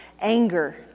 anger